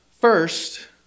First